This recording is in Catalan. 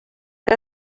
que